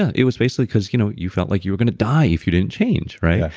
it was basically because you know you felt like you were going to die if you didn't change right?